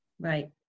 Right